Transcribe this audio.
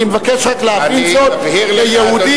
אני מבקש רק להבין זאת כיהודי,